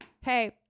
hey